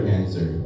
answer